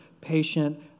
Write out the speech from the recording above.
patient